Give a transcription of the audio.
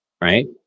right